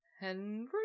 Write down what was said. Henry